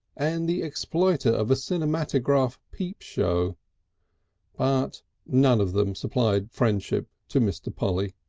and the exploiter of a cinematograph peep-show but none of them supplied friendship to mr. polly.